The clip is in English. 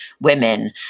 women